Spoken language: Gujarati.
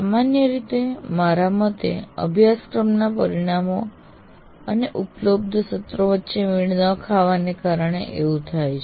સામાન્ય રીતે મારા મતે અભ્યાસક્રમના પરિણામો અને ઉપલબ્ધ સત્રો વચ્ચે મેળ ન ખાવાના કારણે એવું થાય છે